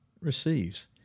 receives